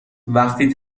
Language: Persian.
وقتی